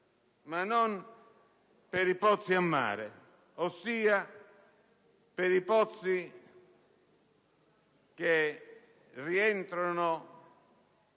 ma non per i pozzi a mare, ossia quelli che rientrano